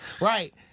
Right